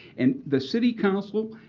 and the city council,